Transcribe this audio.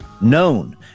Known